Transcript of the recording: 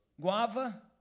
Guava